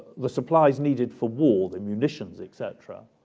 the supplies needed for war, the munitions, etc,